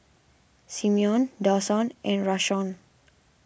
Simeon Dawson and Rashawn